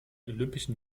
olympischen